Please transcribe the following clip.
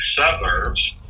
suburbs